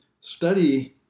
study